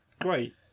great